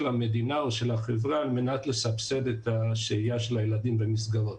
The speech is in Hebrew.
המדינה או של החברה על מנת לסבסד את השהייה של הילדים במסגרות.